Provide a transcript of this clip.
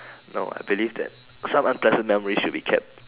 no I believe that some unpleasant memories should be kept